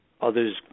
Others